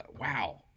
wow